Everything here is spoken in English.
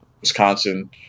Wisconsin